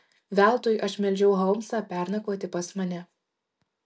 veltui aš meldžiau holmsą pernakvoti pas mane